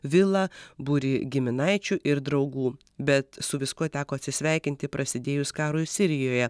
vilą būrį giminaičių ir draugų bet su viskuo teko atsisveikinti prasidėjus karui sirijoje